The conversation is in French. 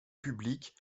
publique